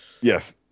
Yes